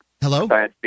Hello